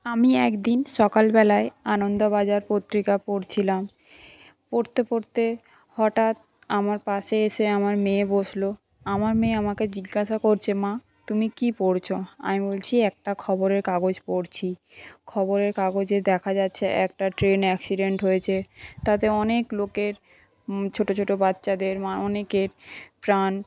আমি একদিন সকাল বেলায় আনন্দবাজার পত্রিকা পড়ছিলাম পড়তে পড়তে হঠাৎ আমার পাশে এসে আমার মেয়ে বসলো আমার মেয়ে আমাকে জিজ্ঞাসা করছে মা তুমি কি পড়ছো আমি বলছি একটা খবরের কাগজ পড়ছি খবরের কাগজে দেখা যাচ্ছে একটা ট্রেন অ্যাক্সিডেন্ট হয়েছে তাতে অনেক লোকের ছোট ছোট বাচ্চাদের বা অনেকের প্রাণ